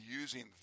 using